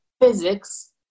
physics